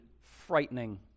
frightening